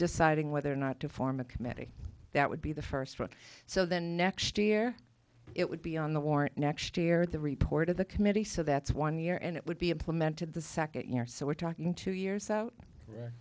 deciding whether or not to form a committee that would be the first structure so the next year it would be on the warrant next year the report of the committee so that's one year and it would be implemented the second year so we're talking two years out